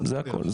זה הכול.